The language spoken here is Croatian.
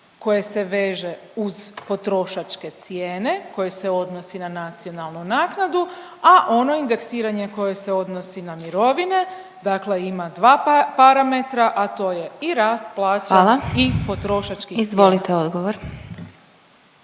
koje se veže uz potrošačke cijene koje se odnosi na nacionalnu naknadu, a ono indeksiranje koje se odnosi na mirovine, dakle ima dva parametra, a to je i rast plaća …/Upadica Glasovac: Hvala./… i potrošačkih